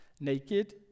naked